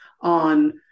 on